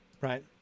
right